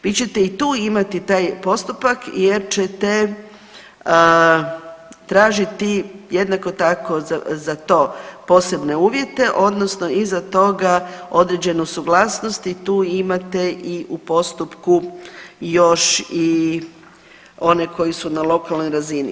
Vi ćete i tu imati taj postupak jer ćete tražiti jednako tako za to posebne uvjete odnosno iza toga određenu suglasnost i tu imate i u postupku još i one koji su na lokalnoj razini.